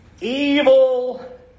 Evil